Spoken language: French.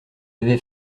avait